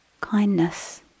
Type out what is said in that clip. kindness